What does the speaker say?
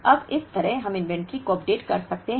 अब इस तरह हम इन्वेंट्री को अपडेट कर सकते हैं